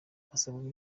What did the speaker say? harasabwa